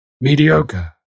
mediocre